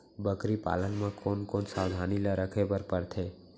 बकरी पालन म कोन कोन सावधानी ल रखे बर पढ़थे?